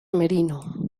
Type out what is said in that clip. merino